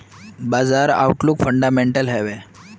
बाजार outlook fundamental हैवै?